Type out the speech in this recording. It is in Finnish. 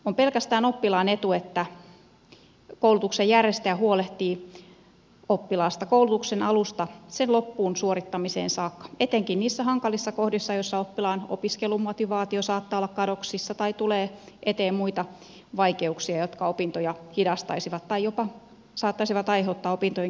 on pelkästään oppilaan etu että koulutuksen järjestäjä huolehtii oppilaasta koulutuksen alusta sen loppuun suorittamiseen saakka etenkin niissä hankalissa kohdissa joissa oppilaan opiskelumotivaatio saattaa olla kadoksissa tai tulee eteen muita vaikeuksia jotka opintoja hidastaisivat tai jopa saattaisivat aiheuttaa opintojen keskeyttämisen